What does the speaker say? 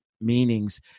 meanings